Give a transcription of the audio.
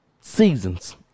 seasons